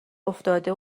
افتاده